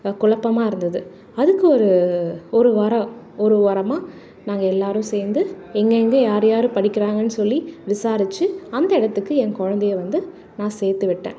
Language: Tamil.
கொழப்பமா இருந்தது அதுக்கு ஒரு ஒரு வாரம் ஒரு வாரமாக நாங்கள் எல்லாரும் சேர்ந்து எங்கெங்கே யார் யார் படிக்கிறாங்கன்னு சொல்லி விசாரிச்சு அந்த இடத்துக்கு என் குழந்தைய வந்து நான் சேர்த்துவிட்டேன்